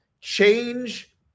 change